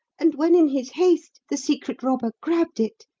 and when, in his haste, the secret robber grabbed it,